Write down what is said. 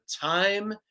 time